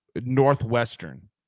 Northwestern